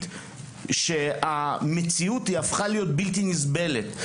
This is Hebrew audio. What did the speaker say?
על כך שהמציאות הפכה להיות בלתי נסבלת.